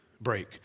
break